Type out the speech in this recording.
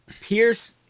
Pierce